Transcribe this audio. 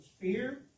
fear